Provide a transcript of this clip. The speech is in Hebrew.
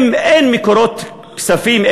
אין מקורות כספיים,